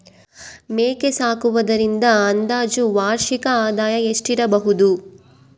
ಮೇಕೆ ಸಾಕುವುದರಿಂದ ಅಂದಾಜು ವಾರ್ಷಿಕ ಆದಾಯ ಎಷ್ಟಿರಬಹುದು?